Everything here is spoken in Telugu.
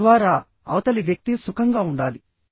తద్వారాఅవతలి వ్యక్తి సుఖంగా ఉండాలి